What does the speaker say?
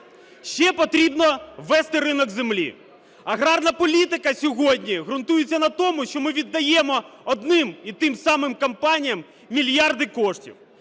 Ще потрібно ввести ринок землі. Аграрна політика сьогодні ґрунтується на тому, що ми віддаємо одним і тим самим компаніям мільярди коштів.